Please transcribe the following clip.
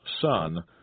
son